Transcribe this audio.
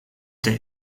der